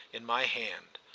in my hand.